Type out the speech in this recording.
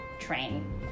train